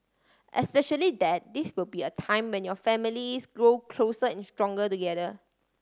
especially that this will be a time when your families grow closer and stronger together